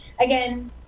again